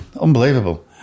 Unbelievable